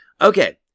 Okay